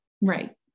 Right